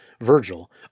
Virgil